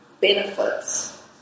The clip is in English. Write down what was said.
benefits